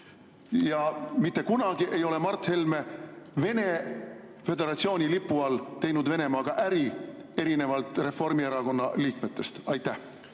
ja mitte kunagi ei ole Mart Helme Vene föderatsiooni lipu all teinud Venemaaga äri erinevalt Reformierakonna liikmetest. Jaa,